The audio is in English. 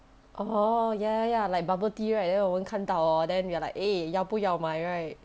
orh ya ya ya like bubble tea right then 我们看到 hor then we are like eh 要不要买 right